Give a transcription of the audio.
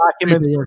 documents